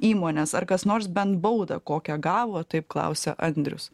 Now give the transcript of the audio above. įmonės ar kas nors bent baudą kokią gavo taip klausia andrius